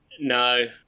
No